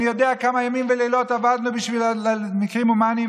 אני יודע כמה ימים ולילות עבדנו בשביל מקרים הומניים,